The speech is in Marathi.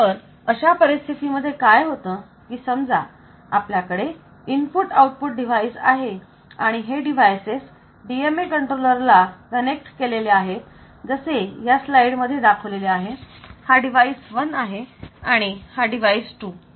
तर अशा परिस्थितीमध्ये काय होतं की समजा आपल्याकडे इनपुट आउटपुट डिवाइस आहे आणि हे डिव्हायसेस DMA कंट्रोलर ला कनेक्ट केलेले आहेत जसे या स्लाईडमध्ये दाखवलेले आहे हा डिवाइस 1 आहे आणि हा डिवाइस 2 आहे